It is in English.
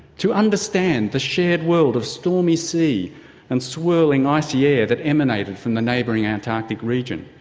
to understand the shared world of stormy sea and swelling icy air that emanated from the neighbouring antarctic region.